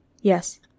Yes